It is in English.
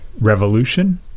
revolution